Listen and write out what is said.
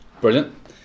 brilliant